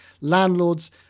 Landlords